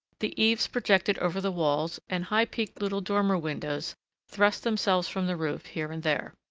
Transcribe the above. the eaves projected over the walls, and high-peaked little dormer windows thrust themselves from the roof here and there.